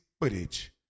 footage